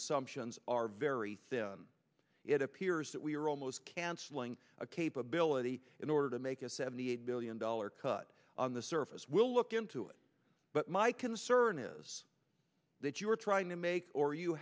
assumptions are very thin it appears that we're almost canceling a capability in order to make a seventy eight billion dollar cut on the surface we'll look into it but my concern is that you are trying to make or you